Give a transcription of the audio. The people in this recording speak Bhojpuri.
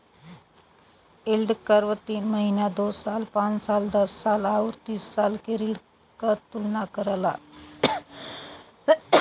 यील्ड कर्व तीन महीना, दो साल, पांच साल, दस साल आउर तीस साल के ऋण क तुलना करला